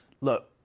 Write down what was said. look